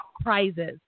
prizes